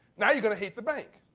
now you going to hate the bank.